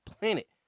planet